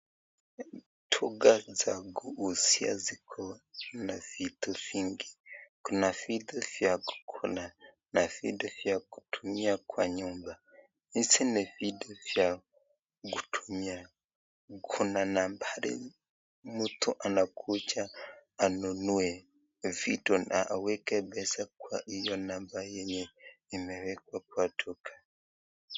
Duka za kuuzia ziko na vitu vingi, kuna vitu vya kukula na vitu vya kutumia kwa nyumba, hizi ni vitu vya kutumia, kuna nambari mtu anakuja anunue vitu na aweke pesa kwa hio namba yenye imewekwa kwa duka.